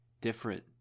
different